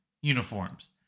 uniforms